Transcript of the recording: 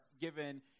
given